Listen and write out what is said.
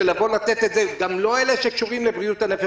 של לתת את זה גם לאנשים שלא קשורים לבריאות הנפש.